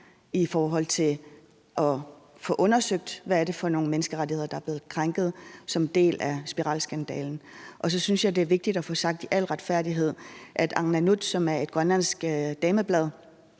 i forhold til at få undersøgt, hvad det er for nogle menneskerettigheder, der er blevet krænket som en del af spiralskandalen. Så synes jeg også, det i al retfærdighed er vigtigt at få sagt, at det faktisk var Arnanut, som er et grønlandsk dameblad,